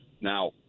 Now